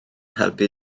helpu